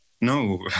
No